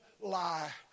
lie